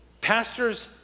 Pastors